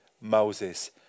Moses